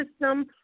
system